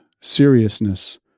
seriousness